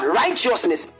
righteousness